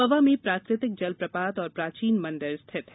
पवा में प्राकृतिक जल प्रपात और प्राचीन मंदिर स्थित है